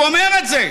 הוא אומר את זה.